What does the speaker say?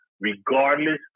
regardless